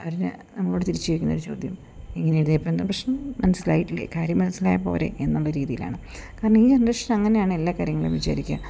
അവര് നമ്മളോട് തിരിച്ച് ചോദിക്കുന്ന ഒരു ചോദ്യം ഉണ്ട് ഇങ്ങനെ എഴുതിയാൽ ഇപ്പം എന്താ പ്രശ്നം മനസ്സിലായിട്ടില്ലേ കാര്യം മനസ്സിലായാൽ പോരെ എന്നുള്ള രീതിയിലാണ് കാരണം ഈ ജനറേഷൻ അങ്ങനെയാണ് എല്ലാ കാര്യങ്ങളും വിചാരിക്കുക